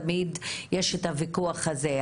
תמיד יש את הוויכוח הזה,